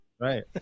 right